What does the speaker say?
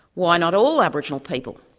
why not all aboriginal people?